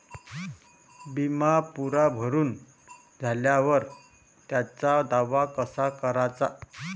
बिमा पुरा भरून झाल्यावर त्याचा दावा कसा कराचा?